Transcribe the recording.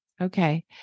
okay